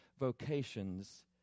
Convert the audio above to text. vocations